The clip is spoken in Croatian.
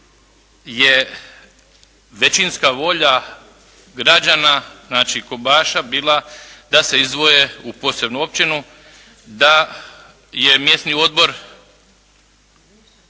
je većinska volja građana znači Kobaša bila da se izdvoje u posebnu općinu, da je mjesni odbor